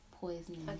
poisoning